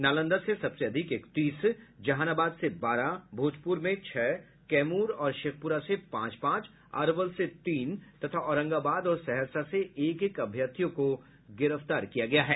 नालंदा से सबसे अधिक इकतीस जहानाबाद से बारह भोजपुर में छह कैमूर और शेख्रपरा से पांच पांच अरवल से तीन तथा औरंगाबाद और सहरसा से एक एक अभ्यर्थियों को गिरफ्तार किया गया है